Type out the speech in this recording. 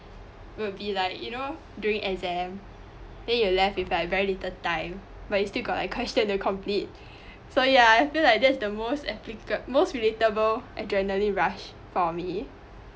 would be like you know during exam then you're left with like very little time but you still got like question to complete so ya l feel like that's the most applica~ most relatable adrenaline rush for me